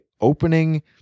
opening